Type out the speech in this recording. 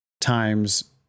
times